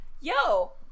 yo